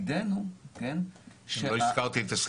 וזו אינפוגרפיקה שהיא עשתה כדי להראות את התהליך